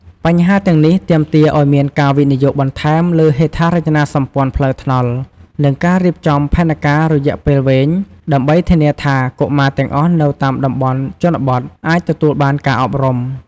បញ្ហាទាំងនេះទាមទារឱ្យមានការវិនិយោគបន្ថែមលើហេដ្ឋារចនាសម្ព័ន្ធផ្លូវថ្នល់ និងការរៀបចំផែនការរយៈពេលវែងដើម្បីធានាថា កុមារទាំងអស់នៅតាមតំបន់ជនបទអាចទទួលបានការអប់រំ។